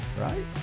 right